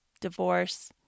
Divorce